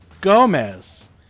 Gomez